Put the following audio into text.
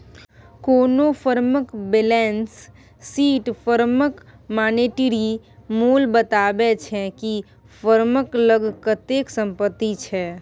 कोनो फर्मक balance sheet फर्मक मानेटिरी मोल बताबै छै कि फर्मक लग कतेक संपत्ति छै